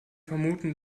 vermuten